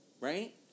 right